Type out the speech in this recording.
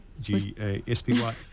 G-A-S-P-Y